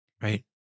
Right